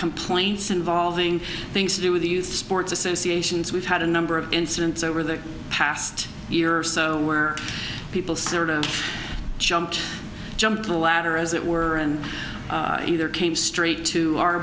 complaints involving things to do with the youth sports associations we've had a number of incidents over the past year or so people sort of jumped jumped a ladder as it were and either came straight to our